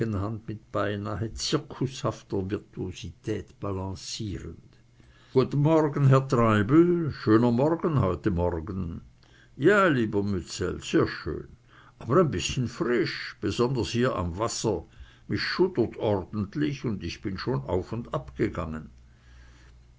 beinahe zirkushafter virtuosität balancierend guten morgen herr treibel schöner morgen heute morgen ja lieber mützell sehr schön aber ein bißchen frisch besonders hier am wasser mich schuddert ordentlich und ich bin schon auf und